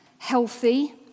healthy